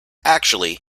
actually